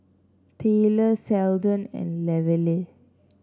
Tylor Seldon and Lavelle